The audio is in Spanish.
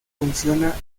funciona